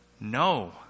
No